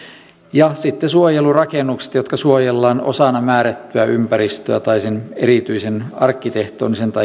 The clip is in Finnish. ja sitten suojelurakennus joka suojellaan osana määrättyä ympäristöä tai sen erityisen arkkitehtonisten tai